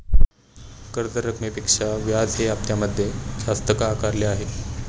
कर्ज रकमेपेक्षा व्याज हे हप्त्यामध्ये जास्त का आकारले आहे?